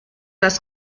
das